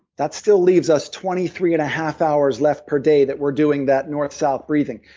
that still leaves us twenty three and a half hours left per day that we're doing that north-south breathing.